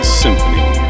symphony